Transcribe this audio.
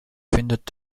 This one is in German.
findet